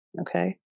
okay